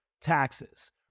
Taxes